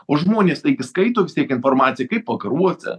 o žmonės taigi skaito vis tiek informaciją kaip vakaruose